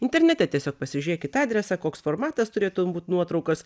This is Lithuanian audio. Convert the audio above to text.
internete tiesiog pasižiūrėkit adresą koks formatas turėtų būt nuotraukos